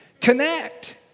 Connect